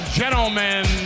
gentlemen